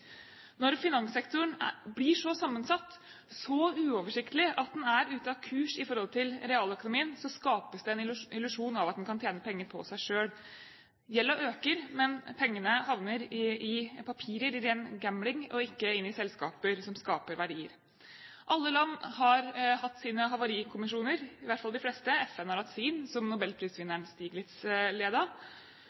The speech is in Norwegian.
Når finanssektoren blir så sammensatt og så uoversiktlig at den er ute av kurs i forhold til realøkonomien, skapes det en illusjon av at den kan tjene penger på seg selv. Gjelden øker, men pengene havner i papirer, i ren gambling, og går ikke inn i selskaper som skaper verdier. Alle land har hatt sine havarikommisjoner – i hvert fall de fleste. FN har hatt sin, som nobelprisvinneren